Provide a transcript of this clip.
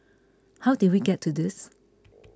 how did we get to this